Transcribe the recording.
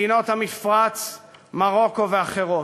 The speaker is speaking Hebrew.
מדינות המפרץ, מרוקו ואחרות.